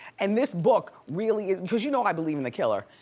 and this book really is, cause you know i believe in the killer.